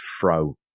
throw